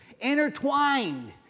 intertwined